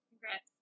Congrats